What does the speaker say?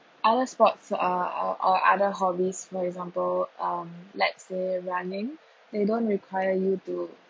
other sports uh or or other hobbies for example um let's say running they don't require you to